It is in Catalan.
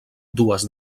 dues